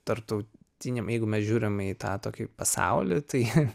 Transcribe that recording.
tarptautiniam jeigu mes žiūrim į tą tokį pasaulį tai